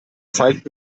zeigt